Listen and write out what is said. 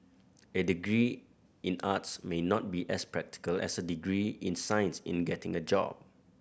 a degree in arts may not be as practical as a degree in science in getting a job